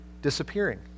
disappearing